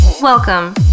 Welcome